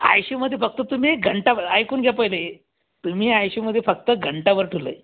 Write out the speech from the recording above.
आयसीयूमध्ये फक्त तुम्ही घंटाभ ऐकून घ्या पहिले तुम्ही आयसीयूमध्ये फक्त घंटाभर ठेवलंय